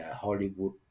Hollywood